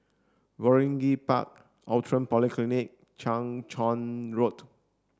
Waringin Park Outram Polyclinic Chang Charn Road